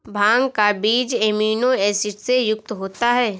भांग का बीज amino acid से युक्त होता है